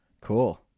Cool